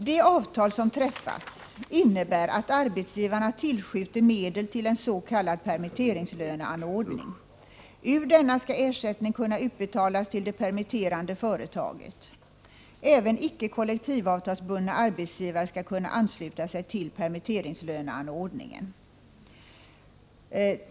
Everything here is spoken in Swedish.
Det avtal som träffats innebär att arbetsgivarna tillskjuter medel till en s.k. permitteringslöneanordning. Ur denna skall ersättning kunna utbetalas till det permitterande företaget. Även icke kollektivavtalsbundna arbetsgivare skall kunna ansluta sig till permitteringslöneanordningen.